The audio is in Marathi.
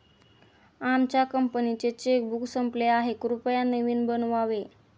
आमच्या कंपनीचे चेकबुक संपले आहे, कृपया नवीन बनवावे